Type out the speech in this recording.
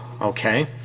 okay